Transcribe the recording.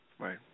Right